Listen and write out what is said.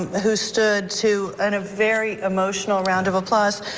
who stood to and a very emotional round of applause,